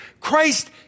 Christ